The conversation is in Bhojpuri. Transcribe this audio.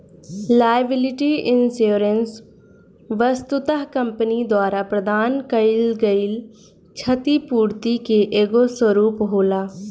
लायबिलिटी इंश्योरेंस वस्तुतः कंपनी द्वारा प्रदान कईल गईल छतिपूर्ति के एगो स्वरूप होला